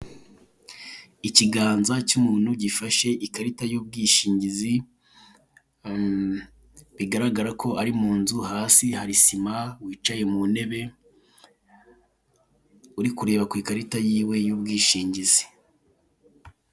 Ikiganza cy'umuntu gifashe ikarita y'ubwishingizi bigaragara ko ari munzu hasi hari sima wicaye muntebe uri kureba kwikarita yiwe y'ubwishingizi.